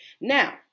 Now